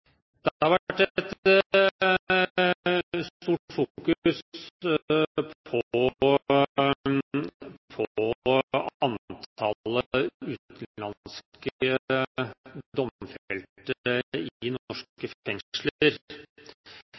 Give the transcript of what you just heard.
Det har vært et stort fokus på antallet utenlandske domfelte i norske